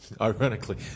ironically